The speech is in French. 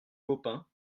baupin